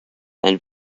and